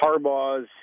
Harbaugh's